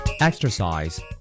Exercise